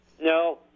No